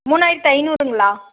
மூணாயிரத்து ஐநூறுங்களா